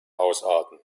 ausarten